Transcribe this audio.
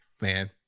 Man